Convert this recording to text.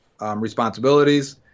responsibilities